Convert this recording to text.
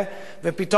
אבל מי שהיה ראש השב"כ,